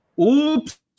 Oops